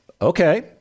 Okay